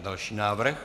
Další návrh.